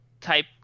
type